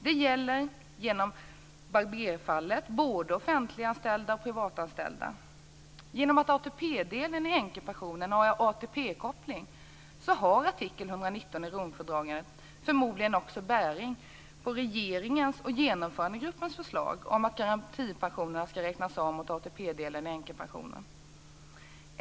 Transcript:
Det gäller, genom Barberfallet, både offentliganställda och privatanställda. Genom att ATP-delen i änkepensionen har ATP-koppling har artikel 119 i Romfördraget förmodligen också bäring på regeringens och Genomförandegruppens förslag om att garantipensionen skall räknas av mot ATP-delen i änkepensionen.